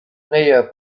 näher